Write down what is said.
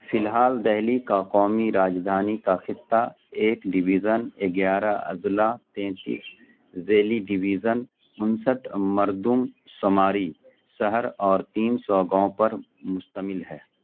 فی الحال دہلی کا قومی راجدھانی کا خطہ ایک ڈویژن گیارہ اضلاع تینتیس ذیلی ڈویژن انسٹھ مردم شماری شہر اور تین سو گاؤں پر مشتمل ہے